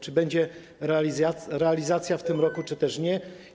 Czy będzie ich realizacja w tym roku, czy też nie?